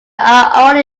are